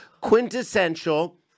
quintessential